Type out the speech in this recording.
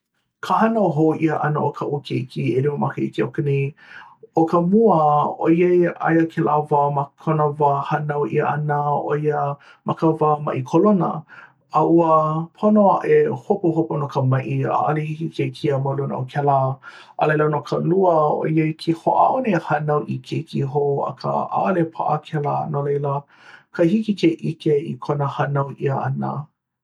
ka hānau hou ʻia ʻana o kaʻu keiki, ʻelima makahiki aku nei ʻo ka mua ʻoiai aia kēlā wā ma kona wā hānau ʻia ʻana ʻoia ma ka wā maʻi kolona a ua pono e hopohopo no ka maʻi ʻaʻale hiki ke kia ma luna o kēlā. a laila no ka lua ʻoiai ke hoʻāʻo nei e hānau i keiki hou akā ʻaʻale paʻa kēlā no laila ka hiki ke ʻike i kona hānau ʻia ʻana